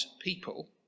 people